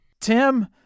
Tim